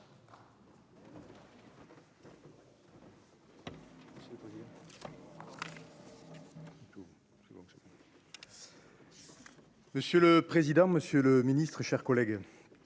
Monsieur le président, monsieur le ministre et chers collègues,